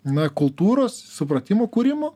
na kultūros supratimo kūrimo